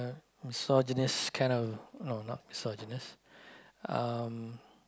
a misogynist kind of no not misogynist um